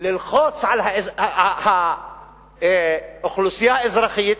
ללחוץ על האוכלוסייה האזרחית